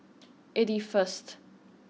eighty first